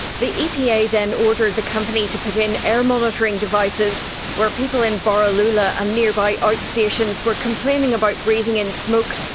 the epa then ordered the company to put in air monitoring devices where people in borroloola and nearby outstations were complaining about breathing in smoke.